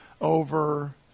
over